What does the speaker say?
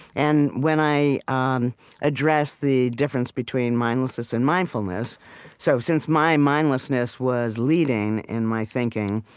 and when i um address the difference between mindlessness and mindfulness so since my mindlessness was leading in my thinking,